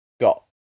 got